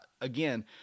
Again